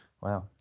Wow